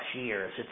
years